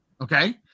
Okay